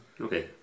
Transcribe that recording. okay